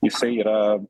jisai yra